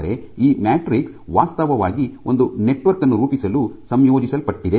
ಆದರೆ ಈ ಮ್ಯಾಟ್ರಿಕ್ಸ್ ವಾಸ್ತವವಾಗಿ ಒಂದು ನೆಟ್ವರ್ಕ್ ಅನ್ನು ರೂಪಿಸಲು ಸಂಯೋಜಿಸಲ್ಪಟ್ಟಿದೆ